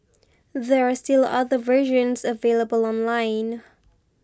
there are still other versions available online